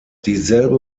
dieselbe